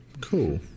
cool